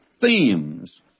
themes